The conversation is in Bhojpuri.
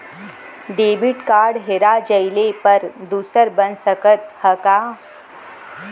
डेबिट कार्ड हेरा जइले पर दूसर बन सकत ह का?